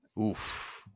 Oof